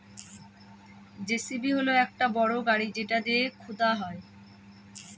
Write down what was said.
JCB হল একটা বড় গাড়ি যেটা দিয়ে খুদা হয়